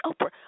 oprah